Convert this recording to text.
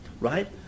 right